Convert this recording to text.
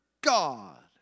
God